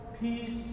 peace